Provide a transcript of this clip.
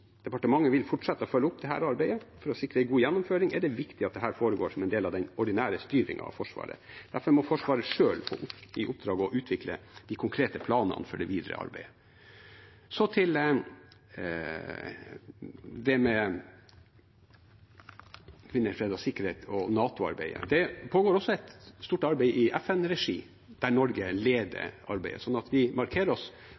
Departementet vil fortsette å følge opp dette arbeidet. For å sikre en god gjennomføring er det viktig at dette foregår som en del av den ordinære styringen av Forsvaret. Derfor må Forsvaret selv få i oppdrag å utvikle de konkrete planene for det videre arbeidet. Så til det med kvinner, fred og sikkerhet og NATO-arbeidet. Det pågår også et stort arbeid i FN-regi, der Norge leder arbeidet, så vi markerer oss